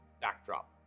backdrop